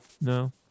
No